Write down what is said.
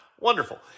Wonderful